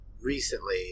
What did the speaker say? recently